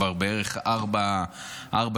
כבר לפני בערך ארבע שנים,